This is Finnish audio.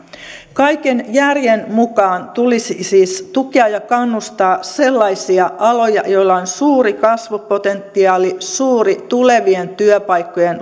kaiken järjen mukaan tulisi siis tukea ja kannustaa sellaisia aloja joilla on suuri kasvupotentiaali suuri tulevien työpaikkojen